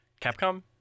Capcom